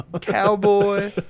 cowboy